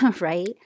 right